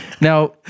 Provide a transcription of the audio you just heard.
Now